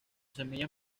semillas